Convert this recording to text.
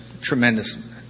tremendous